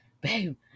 babe